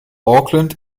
auckland